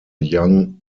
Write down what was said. young